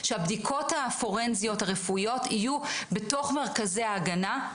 שהבדיקות הפורנזיות הרפואיות יהיו בתוך מרכזי ההגנה.